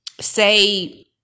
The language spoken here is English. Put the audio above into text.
say